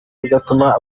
bigatuma